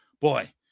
boy